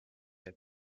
had